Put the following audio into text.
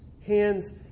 hands